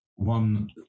One